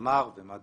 אמר ומה דעתו.